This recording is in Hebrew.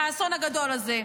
האסון הגדול הזה.